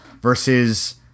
versus